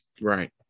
Right